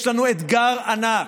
יש לנו אתגר ענק.